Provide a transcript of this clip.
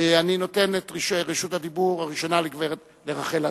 אני נותן את רשות הדיבור הראשונה לחברת הכנסת רחל אדטו.